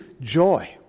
joy